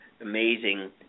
amazing